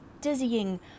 dizzying